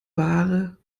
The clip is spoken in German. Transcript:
ware